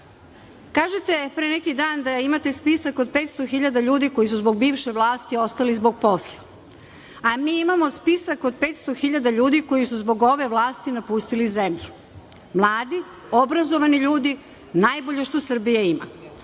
pre neki dan da imate spisak od 500 hiljada ljudi koji su zbog bivše vlasti ostali bez posla. Mi imamo spisak od 500 hiljada koji su zbog ove vlasti napustili zemlju, mladi, obrazovani ljudi, najbolje što Srbija